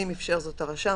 אם אפשר זאת הרשם,